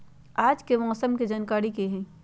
आज के मौसम के जानकारी कि हई?